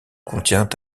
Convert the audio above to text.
contient